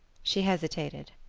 she hesitated.